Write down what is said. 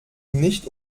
nicht